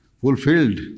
fulfilled